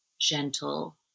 gentle